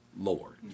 Lord